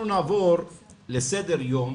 אנחנו נעבור לסדר היום